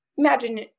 imagine